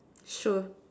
sure